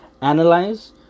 analyze